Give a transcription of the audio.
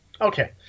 Okay